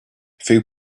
few